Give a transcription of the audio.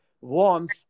warmth